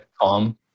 Calm